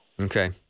Okay